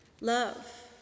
Love